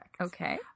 Okay